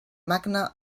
magne